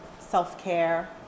self-care